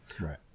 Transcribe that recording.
Right